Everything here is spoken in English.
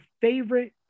favorite